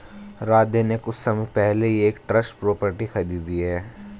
राधे ने कुछ समय पहले ही एक ट्रस्ट प्रॉपर्टी खरीदी है